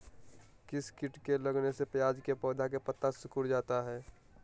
किस किट के लगने से प्याज के पौधे के पत्ते सिकुड़ जाता है?